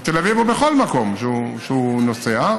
בתל אביב או בכל מקום שאליו הוא נוסע,